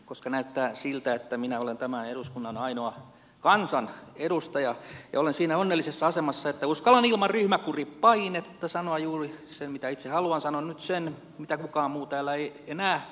koska näyttää siltä että minä olen tämän eduskunnan ainoa kansan edustaja ja olen siinä onnellisessa asemassa että uskallan ilman ryhmäkuripainetta sanoa juuri sen mitä itse haluan sanon nyt sen mitä kukaan muu täällä ei enää rohkene